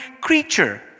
creature